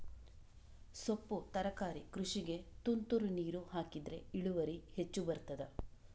ಸೊಪ್ಪು ತರಕಾರಿ ಕೃಷಿಗೆ ತುಂತುರು ನೀರು ಹಾಕಿದ್ರೆ ಇಳುವರಿ ಹೆಚ್ಚು ಬರ್ತದ?